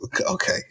Okay